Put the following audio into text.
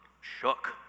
shook